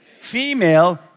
Female